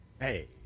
Hey